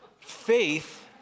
faith